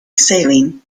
saline